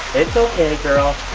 it's okay girl.